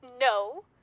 No